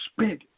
spent